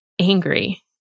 angry